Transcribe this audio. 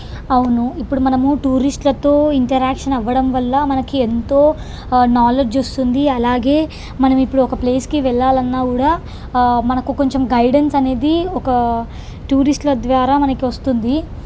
అవును ఇప్పుడు మనము టూరిస్ట్లతో ఇంటరాక్షన్ అవ్వడం వల్ల మనకి ఎంతో నాలెడ్జ్ వస్తుంది అలాగే మనం ఇప్పుడు ఒక ప్లేస్కి వెళ్ళాలన్న కూడా మనకు కొంచెం గైడెన్స్ అనేది ఒక టూరిస్ట్ల ద్వారా మనకి వస్తుంది